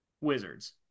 Wizards